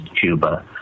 Cuba